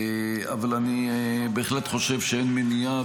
אבל אני בהחלט חושב שאין מניעה,